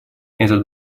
этот